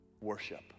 worship